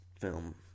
film